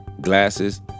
glasses